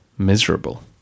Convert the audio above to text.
miserable